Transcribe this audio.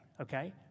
okay